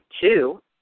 two